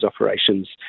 operations